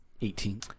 Eighteen